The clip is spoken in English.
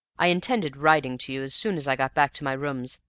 i intended writing to you as soon as i got back to my rooms,